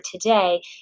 today